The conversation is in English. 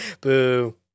Boo